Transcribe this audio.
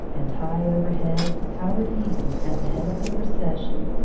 and, high overhead, howard eaton, at the head of the procession,